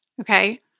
okay